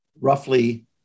roughly